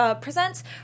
Presents